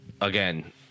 again